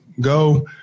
go